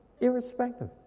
irrespective